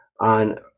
on